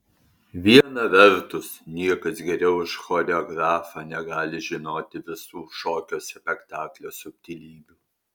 viena vertus niekas geriau už choreografą negali žinoti visų šokio spektaklio subtilybių